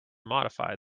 modify